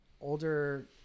Older